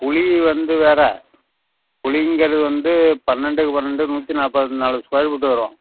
குழி வந்து வேற குழிங்கறது வந்து பன்னெண்டுக்கு பன்னெண்டு நூற்றி நாற்பத்தினாலு ஸ்கொயர் ஃபிட்டு வரும்